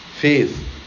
faith